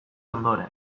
ondoren